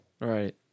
Right